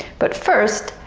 but first,